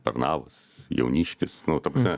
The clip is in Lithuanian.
pernavas jauniškis nu ta prasme